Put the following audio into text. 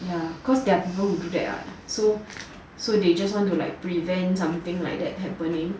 ya cause there are people who do that what so so they just want to like prevent something like that happening